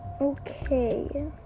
Okay